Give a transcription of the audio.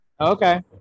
okay